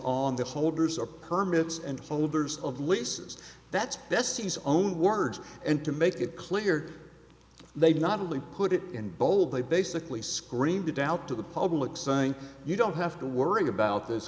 on the holders or permits and holders of leases that's best sees only words and to make it clear they not only put it in bold they basically screamed it out to the public saying you don't have to worry about th